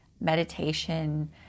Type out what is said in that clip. meditation